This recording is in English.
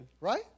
Right